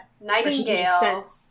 Nightingale